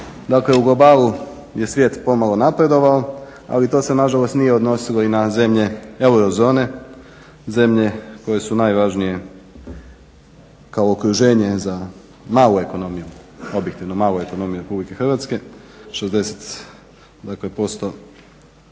Dakle, u globalu je svijet pomalo napredovao, ali to se na žalost nije odnosilo i na zemlje euro zone, zemlje koje su najvažnije kao okruženje za malu ekonomiju, objektivno malu ekonomiju Republike Hrvatske. 60 dakle posto